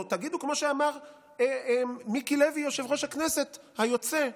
או תגידו כמו שאמר מיקי לוי יושב-ראש הכנסת היוצא,